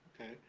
okay